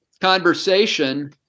conversation